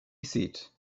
seat